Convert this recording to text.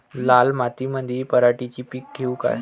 लाल मातीमंदी पराटीचे पीक घेऊ का?